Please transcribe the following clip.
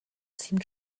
seemed